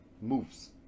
moves